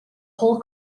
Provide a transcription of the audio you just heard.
whole